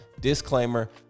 disclaimer